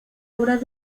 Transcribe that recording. obras